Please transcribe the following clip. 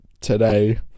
today